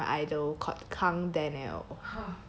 about my idol called kang daniel